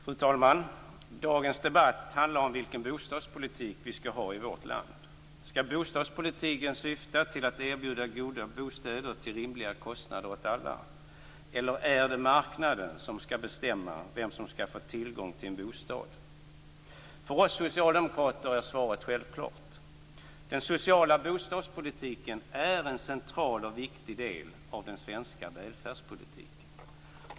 Fru talman! Dagens debatt handlar om vilken bostadspolitik vi skall ha i vårt land. Skall bostadspolitiken syfta till att erbjuda goda bostäder till rimliga kostnader åt alla, eller är det marknaden som skall bestämma vem som skall få tillgång till en bostad? För oss socialdemokrater är svaret självklart. Den sociala bostadspolitiken är en central och viktig del av den svenska välfärdspolitiken.